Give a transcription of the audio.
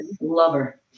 lover